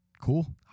Cool